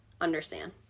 understand